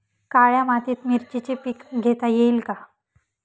काळ्या मातीत मिरचीचे पीक घेता येईल का?